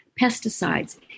pesticides